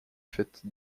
faite